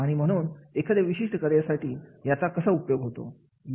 आणि म्हणून एखाद्या विशिष्ट कार्यासाठी याचा कसा उपयोग होतो